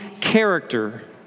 character